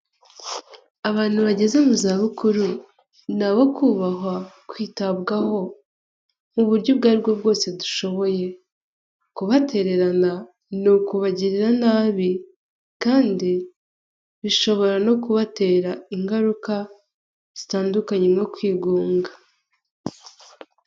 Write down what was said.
Abantu bageze mu za bukuru ni abo kubahwa, kwitabwaho mu buryo ubwo ari bwo bwose dushoboye, kubatererana ni ukubagirira nabi kandi bishobora no kubatera ingaruka zitandukanye nko kwigunga.